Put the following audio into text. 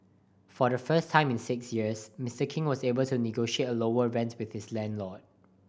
for the first time in six years Mister King was able to negotiate a lower rent with his landlord